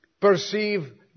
perceive